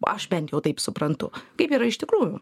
aš bent jau taip suprantu kaip yra iš tikrųjų